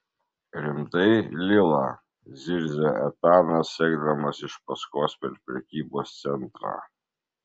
rimtai lila zirzia etanas sekdamas iš paskos per prekybos centrą